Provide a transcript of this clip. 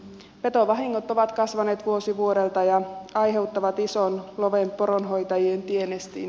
petovahingot ovat kasvaneet vuosi vuodelta ja aiheuttavat ison loven poronhoitajien tienestiin